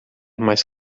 mais